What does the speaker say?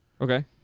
Okay